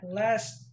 last